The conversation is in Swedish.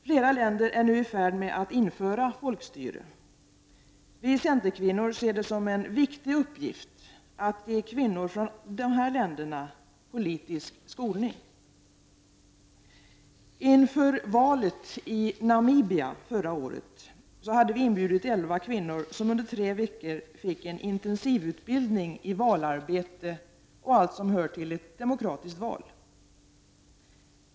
Flera länder är nu i färd med att införa folkstyre. Vi centerkvinnor ser det som en viktig uppgift att ge kvinnor från dessa länder politisk skolning. Inför valet i Namibia förra året hade vi inbjudit elva kvinnor som under tre veckor fick en intensivutbildning i valarbete och allt som hör till ett demokratiskt val.